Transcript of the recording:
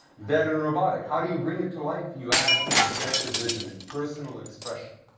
dead and robotic how do you bring it to life? you add subjective vision and personal expression.